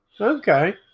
Okay